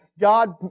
God